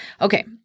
Okay